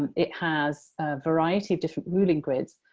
and it has variety of different ruling grids,